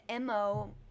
MO